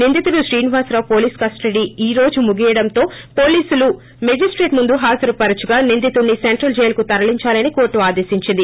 నిందితుడు Srinivasarao police custody ఈ రోజుతో ముగియడంతో పోలీస్ లు మేజిస్తేట్ ముందు హాజరు పరచగా ొనిందితుడిని సెంట్రల్ జైలు కి తరలించాలని కోర్ల్ ఆదేశించింది